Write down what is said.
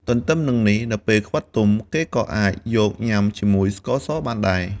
ទន្ទឹមនឹងនេះ នៅពេលខ្វិតទុំ គេក៏អាចយកញ៉ាំជាមួយស្ករសបានដែរ។